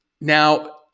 Now